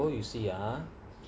so you see ah